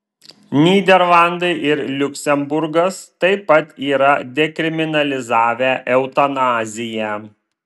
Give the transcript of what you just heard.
nyderlandai ir liuksemburgas taip pat yra dekriminalizavę eutanaziją